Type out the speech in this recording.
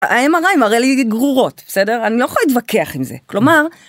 ה-MRI מראה לי גרורות, בסדר? אני לא יכולה להתווכח עם זה, כלומר,